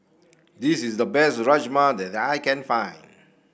this is the best Rajma that I can find